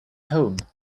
home